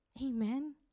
Amen